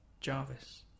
Jarvis